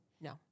No